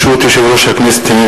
ברשות יושב-ראש הכנסת,